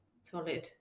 solid